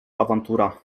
awantura